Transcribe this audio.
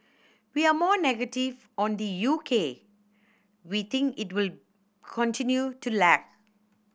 we are more negative on the U K we think it will continue to lag